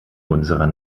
unserer